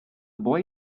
boy